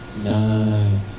nine